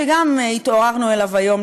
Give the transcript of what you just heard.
שגם התעוררנו אליו היום,